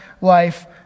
life